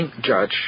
judge